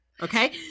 Okay